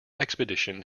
expedition